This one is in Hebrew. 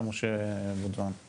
אנחנו